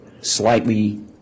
slightly